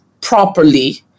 properly